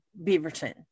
Beaverton